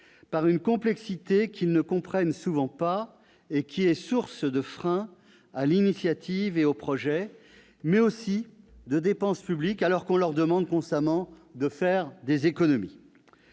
par une complexité qu'ils ne comprennent souvent pas et qui est source de freins à l'initiative et aux projets, mais aussi de dépenses publiques, alors qu'on leur demande constamment de faire des économies.